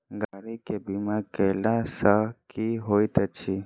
गाड़ी केँ बीमा कैला सँ की होइत अछि?